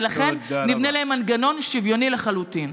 ולכן נבנה מנגנון שוויוני לחלוטין.